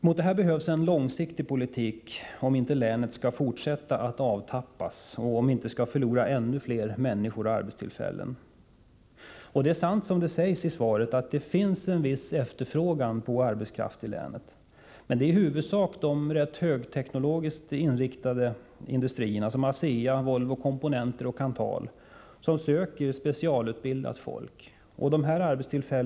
Mot detta behövs en långsiktig politik, om inte länet skall fortsätta att avtappas, förlora ännu fler människor och arbetstillfällen. Det är sant, som det sägs i svaret, att det finns en viss efterfrågan på arbetskraft i länet. Men det är i huvudsak de ganska högteknologiskt inriktade industrierna — ASEA, Volvo Komponenter och Kanthal — som står för denna efterfrågan, och de söker specialutbildat folk.